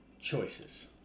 choices